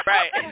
Right